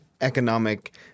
economic